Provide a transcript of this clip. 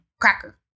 Cracker